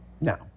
Now